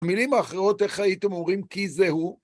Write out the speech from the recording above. במילים אחרות, איך הייתם אומרים, כי זה הוא?